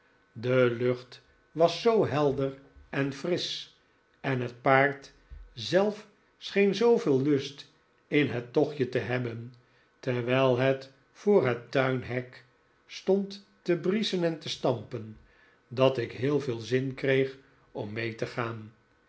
de lucht was zoo helder en frisch en het paard zelf scheen zooveel lust in het tochtje te hebben terwijl het voor het tuinhek stond te brieschen en te stampen dat ik heel veel zin kreeg om mee te gaan